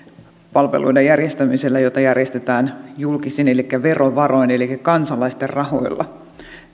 palveluiden järjestämiselle joita järjestetään julkisin eli verovaroin eli kansalaisten rahoilla